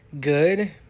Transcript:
good